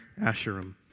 asherim